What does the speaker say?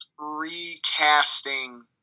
recasting